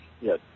Yes